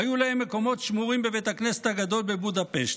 והיו להם מקומות שמורים בבית הכנסת הגדול בבודפשט.